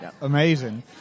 Amazing